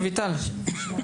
רויטל, רויטל.